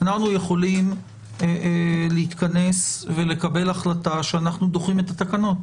אנחנו יכולים להתכנס ולקבל החלטה שאנחנו דוחים את התקנות.